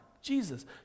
jesus